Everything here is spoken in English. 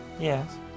Yes